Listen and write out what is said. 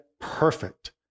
perfect